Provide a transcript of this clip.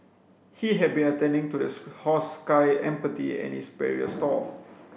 he had been attending to the horse Sky Empathy in its barrier stall